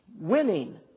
Winning